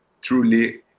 truly